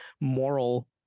moral